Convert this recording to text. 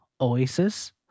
Oasis